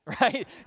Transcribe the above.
right